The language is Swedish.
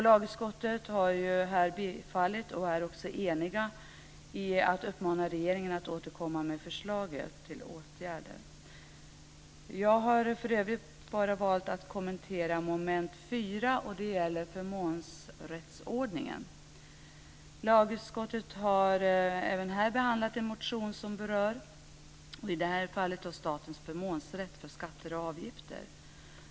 Lagutskottet föreslår bifall till motionerna och är enigt i att uppmana regeringen att återkomma med förslag till åtgärder. För övrigt har jag bara valt att kommentera mom. 4 som gäller förmånsrättsordningen. Lagutskottet har här behandlat en motion som berör statens förmånsrätt för skatter och avgifter.